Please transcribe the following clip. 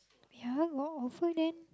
ya got offer then